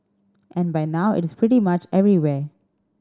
and by now it is pretty much everywhere